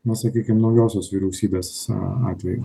na sakykim naujosios vyriausybės atveju